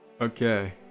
okay